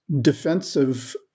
defensive